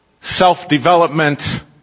self-development